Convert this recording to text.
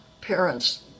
parents